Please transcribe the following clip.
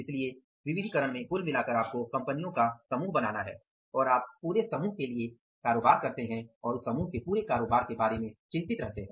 इसलिए विविधीकरण में कुल मिलाकर आपको कंपनियों का समूह बनाना है और आप पूरे समूह के कारोबार के बारे में चिंतित रहते हैं